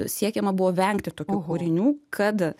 siekiama buvo vengti tokių kūrinių kad